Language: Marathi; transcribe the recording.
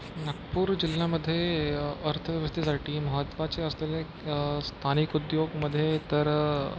नागपूर जिल्ह्यामध्ये अर्थव्यवस्थेसाठी महत्त्वाचे असलेले स्थानिक उद्योगमध्ये तर